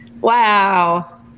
wow